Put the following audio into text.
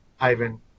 Ivan